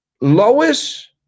Lois